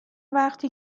وقتی